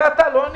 היה אתה ולא אני.